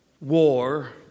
war